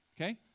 Okay